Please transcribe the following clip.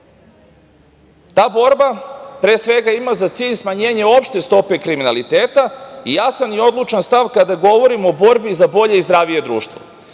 Ta borba, pre svega, ima za cilj smanjenje opšte stope kriminaliteta i jasan i odlučan stav kada govorimo o borbi za bolje i zdravije društvo,